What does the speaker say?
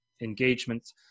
engagements